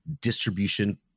distribution